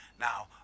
now